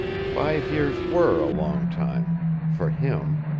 five years were a long time for him.